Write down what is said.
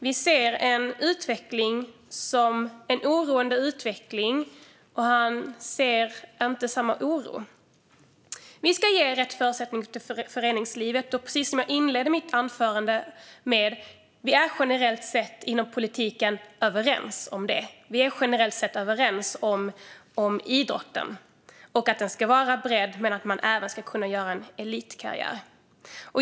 Vi ser en oroande utveckling, men han känner inte samma oro. Vi ska ge rätt förutsättningar till föreningslivet, och precis som jag inledde mitt anförande med är vi generellt sett överens inom politiken om detta. Vi är generellt sett överens om att idrotten ska vara bred men att man även ska kunna göra en elitkarriär.